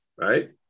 right